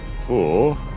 Four